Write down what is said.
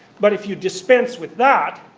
but if you dispense with that,